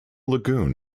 lagoon